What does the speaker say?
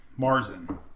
Marzin